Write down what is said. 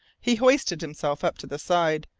he hoisted himself up to the side,